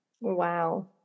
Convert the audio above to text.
Wow